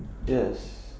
yes